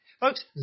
Folks